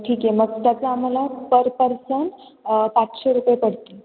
ठीक आहे मग त्याचं आम्हाला पर पर्सन पाचशे रुपये पडतील